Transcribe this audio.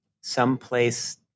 someplace